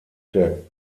der